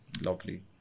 Lovely